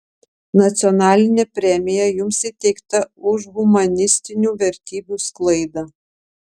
nacionalinė premija jums įteikta už humanistinių vertybių sklaidą